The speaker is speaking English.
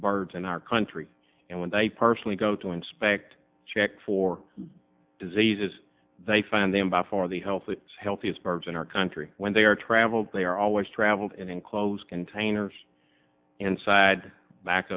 bards in our country and when they personally go to inspect checked for diseases they find them by far the healthy as healthy as birds in our country when they are traveled they are always traveled in close containers inside back